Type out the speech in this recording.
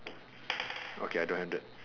okay I don't have that